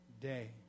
day